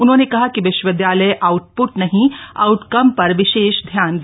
उन्होंने कहा कि विश्वविद्यालय आउटप्ट नहीं आउटकम पर विशेष ध्यान दे